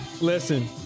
Listen